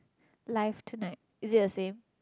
life tonight is it the same